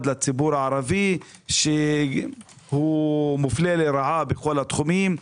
לציבור הערבי שהוא מופלה לרעה בכל התחומים.